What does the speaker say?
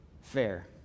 fair